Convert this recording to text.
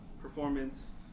performance